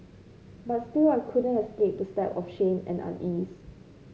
but still I couldn't escape the stab of shame and unease